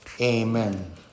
Amen